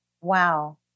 Wow